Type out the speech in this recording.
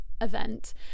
event